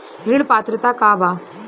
ऋण पात्रता का बा?